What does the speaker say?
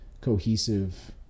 cohesive